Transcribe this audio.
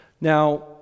Now